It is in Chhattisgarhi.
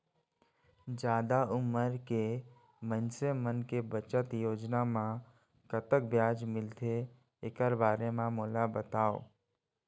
जादा उमर के मइनसे मन के बचत योजना म कतक ब्याज मिलथे एकर बारे म मोला बताव?